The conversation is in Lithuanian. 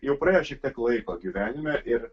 jau praėjo šiek tiek laiko gyvenime ir